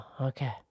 okay